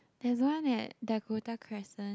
there's one at Dakota Crescent